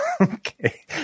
Okay